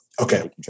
Okay